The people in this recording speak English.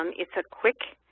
um it's a quick,